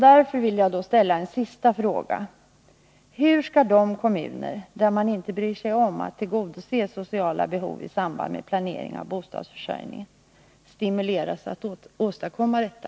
Därför vill jag ställa en sista fråga: Hur skall de kommuner, där man inte bryr sig om att tillgodose sociala behov i samband med planering av bostadsförsörjningen, stimuleras att göra detta?